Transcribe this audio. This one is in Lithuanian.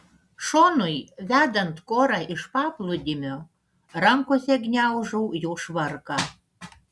šonui vedant korą iš paplūdimio rankose gniaužau jo švarką